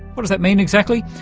what does that mean exactly?